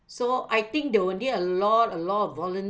so I think they will need a lot a lot of volunteers